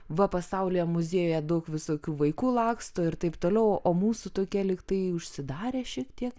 va pasaulyje muziejuje daug visokių vaikų laksto ir taip toliau o mūsų tokie lyg tai užsidarę šiek tiek